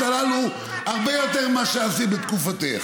הללו הרבה יותר ממה שעשית בתקופתך.